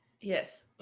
Yes